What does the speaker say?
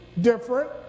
different